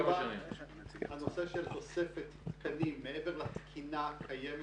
הנושא של תוספת תקנים מעבר לתקינה הקיימת